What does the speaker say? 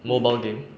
mobile game